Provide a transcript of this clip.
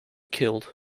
killed